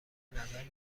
نظر